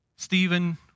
Stephen